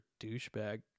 douchebag